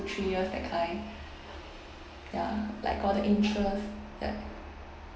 three years that kind ya like got the interest that